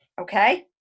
Okay